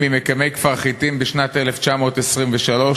ממקימי כפר-חיטים בשנת 1923,